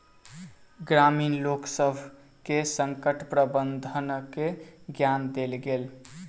ग्रामीण लोकसभ के संकट प्रबंधनक ज्ञान देल गेल